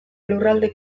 lurralde